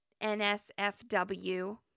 NSFW